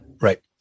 right